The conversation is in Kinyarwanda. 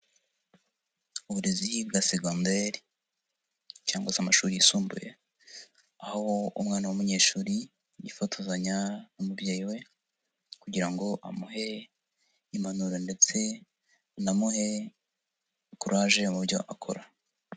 Uburezi bwa segonderi cyangwa se amashuri yisumbuye aho umwana w'umunyeshuri yifotozanya n'umubyeyi we kugira ngo amuhe impanuro ndetse anamuhe kuraje mu byo akora.